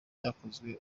bakoze